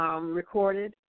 Recorded